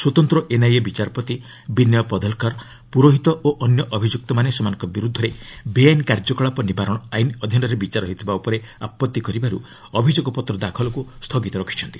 ସ୍ୱତନ୍ତ୍ର ଏନ୍ଆଇଏ ବିଚାରପତି ବିନୟ ପଦଲ୍କର ପୁରୋହିତ ଓ ଅନ୍ୟ ଅଭିଯୁକ୍ତମାନେ ସେମାନଙ୍କ ବିରୁଦ୍ଧରେ ବେଆଇନ କାର୍ଯ୍ୟକଳାପ ନିବାରଣ ଆଇନ ଅଧୀନରେ ବିଚାର ହେଉଥିବା ଉପରେ ଆପତ୍ତି କରିବାରୁ ଅଭିଯୋଗ ପତ୍ର ଦାଖଲକୁ ସ୍ଥଗିତ ରଖିଛନ୍ତି